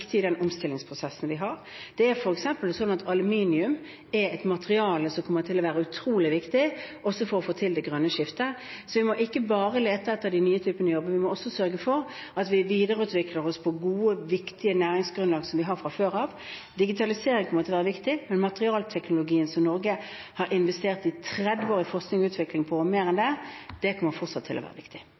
i den omstillingsprosessen vi har. For eksempel er aluminium et materiale som kommer til å være utrolig viktig også for å få til det grønne skiftet. Så vi må ikke bare lete etter de nye typene jobber, vi må også sørge for at vi videreutvikler oss på det gode, viktige næringsgrunnlaget som vi har fra før av. Digitalisering kommer til å være viktig, men materialteknologien som Norge har investert i – 30 år med forskning og utvikling på det og mer enn det – kommer fortsatt til å være viktig.